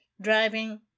driving